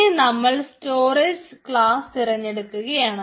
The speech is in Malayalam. ഇനി നമ്മൾ സ്റ്റോറേജ് ക്ലാസ്സ് തിരഞ്ഞെടുക്കുകയാണ്